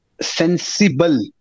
sensible